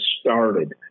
started